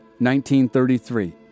1933